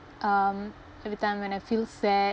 um every time when I feel sad